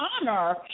honor